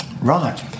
Right